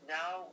now